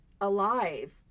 alive